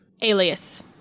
Alias